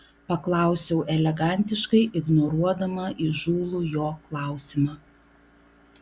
paklausiau elegantiškai ignoruodama įžūlų jo klausimą